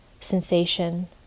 Sensation